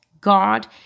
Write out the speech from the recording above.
God